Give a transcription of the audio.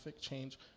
change